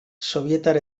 sobietar